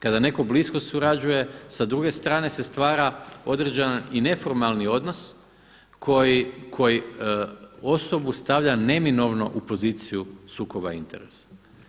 Kada netko blisko surađuje, sa druge strane se stvara određena i neformalni odnos koji osobu stavlja neminovno u poziciju sukoba interesa.